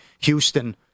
Houston